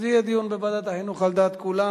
אז יהיה דיון בוועדת החינוך על דעת כולם.